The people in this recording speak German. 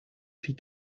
viel